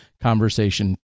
conversation